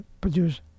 produce